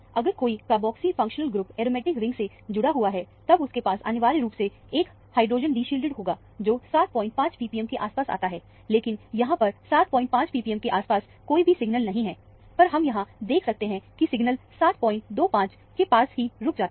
इससे अतिरिक्त अगर कोई carboxy functional group aromatic ring से जुड़ा हुआ है तब उसके पास अनिवार्य रूप से एक हाइड्रोजन डीशीलडिड होगा जो 75 ppm के आसपास आता है लेकिन यहां पर 75 ppm के आस पास कोई भी सिग्नल नहीं है पर हम यहां देख सकते हैं कि सिग्नल 725 के पास ही रुक जाता है